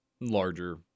larger